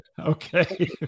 Okay